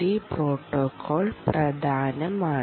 D protocol പ്രധാനമാണ്